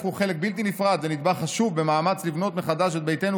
שהפכו חלק בלתי נפרד ונדבך חשוב במאמץ לבנות מחדש את ביתנו